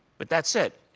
but that's it.